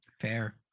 Fair